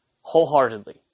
wholeheartedly